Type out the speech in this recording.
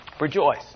rejoice